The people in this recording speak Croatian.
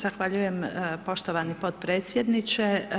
Zahvaljujem poštovani potpredsjedniče.